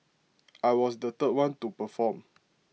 I was the third one to perform